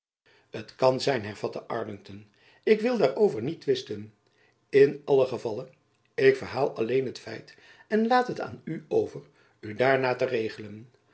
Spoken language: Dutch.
t kan zijn hervatte arlington ik wil daarover niet twisten in allen gevalle ik verhaal alleen een feit en laat het aan u over u daarnaar te regelen